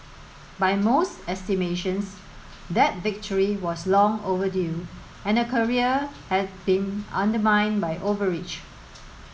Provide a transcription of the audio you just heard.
by most estimations that victory was long overdue and her career had been undermined by overreach